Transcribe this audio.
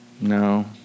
no